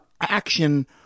action